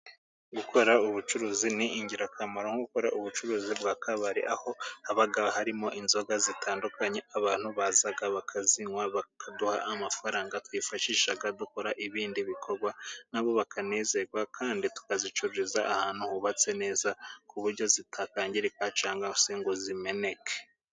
Gukora ubucuruzi ni ingirakamaro nko gukora ubucuruzi bwa kabare, aho haba harimo inzoga zitandukanye abantu baza bakazinywa bakaduha amafaranga twifashisha dukora ibindi bikorwa, nabo bakanezerwa, kandi tukabicururiza ahantu hubatse neza ku buryo zitakwangirika cyangwa ngo zimeneke.